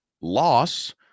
loss